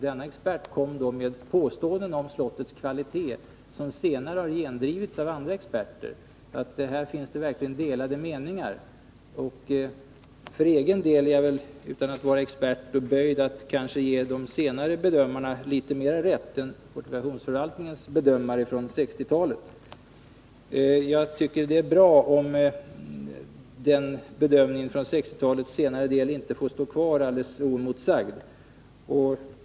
Han kom med påståenden om slottets förfall som senare gendrivits av andra experter. Här finns verkligen delade meningar. Utan att själv vara expert är jag böjd att ge de senare bedömarna litet mera rätt än fortifikationsförvaltningens bedömare från 1960-talet. Det är bra att den senare bedömningen inte får stå kvar alldeles oemotsagd.